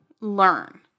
learn